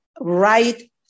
right